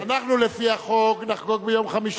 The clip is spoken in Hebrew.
אנחנו לפי החוק נחגוג ביום חמישי,